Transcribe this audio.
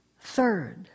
Third